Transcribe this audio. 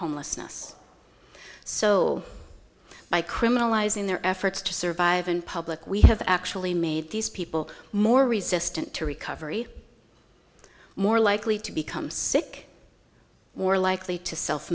homelessness so by criminalizing their efforts to survive in public we have actually made these people more resistant to recovery more likely to become sick more likely to self